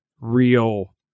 real